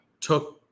took